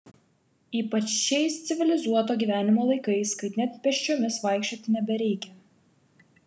ypač šiais civilizuoto gyvenimo laikais kai net pėsčiomis vaikščioti nebereikia